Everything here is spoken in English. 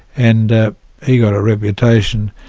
and ah he got a reputation.